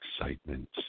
excitement